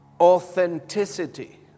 Authenticity